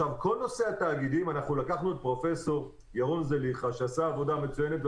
בכל נושא התאגידים לקחנו את פרופ' ירון זליכה שעשה עבודה מצוינת.